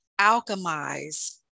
alchemize